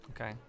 Okay